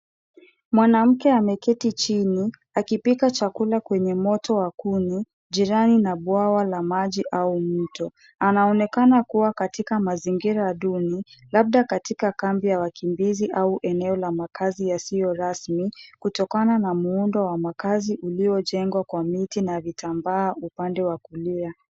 Mwanamke ameketi chini, akipika chakula kwenye moto wa kuni jirani na bwawa la maji au mto. Anaonekana kuwa katika mazingira duni, labda katika kambi ya wakimbizi au eneo ya makazi yasiyo rasmi kutokana na muundo wa makazi uliojengwa kwa miti na vitambaa upande wa kulia.